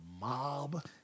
mob